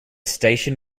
station